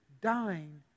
dying